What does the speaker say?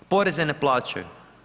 Poreze ne plaćaju.